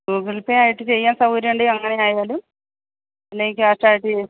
Google Pay ആയിട്ട് ചെയ്യാന് സൗകര്യമുണ്ടെങ്കിൽ അങ്ങനെ ആയാലും അല്ലെങ്കിൽ ക്യാഷ് ആയിട്ട്